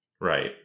Right